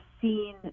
seen